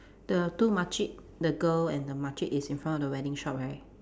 the two makcik the girl and the makcik is in front of the wedding shop right